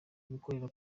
abikorera